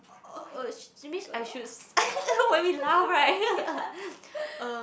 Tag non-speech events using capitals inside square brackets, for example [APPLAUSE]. oh she mean I should [LAUGHS] when we laugh right [LAUGHS] uh